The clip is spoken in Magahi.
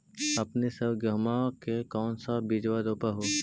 अपने सब गेहुमा के कौन सा बिजबा रोप हू?